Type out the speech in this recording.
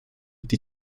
die